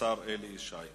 השר אלי ישי.